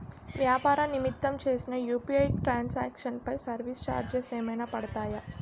వ్యాపార నిమిత్తం చేసిన యు.పి.ఐ ట్రాన్ సాంక్షన్ పై సర్వీస్ చార్జెస్ ఏమైనా పడతాయా?